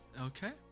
Okay